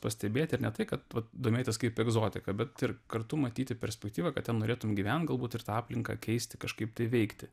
pastebėti ir ne tai kad vat domėtis kaip egzotika bet ir kartu matyti perspektyvą kad ten norėtum gyvent galbūt ir tą aplinką keisti kažkaip tai veikti